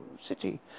City